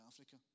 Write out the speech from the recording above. Africa